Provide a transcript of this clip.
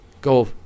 go